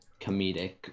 comedic